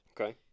Okay